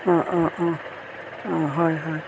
অঁ অঁ অঁ অঁ হয় হয়